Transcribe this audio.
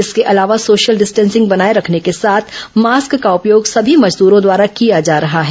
इसके अलावा social distancing बनाए रेखने के साथ मास्क का उपयोग सभी मजदूरो द्वारा किया जा रहा है